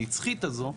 הנצחית הזו,